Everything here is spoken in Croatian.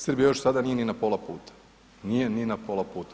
Srbija još sada nije ni na pola puta, nije ni na pola puta.